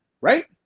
right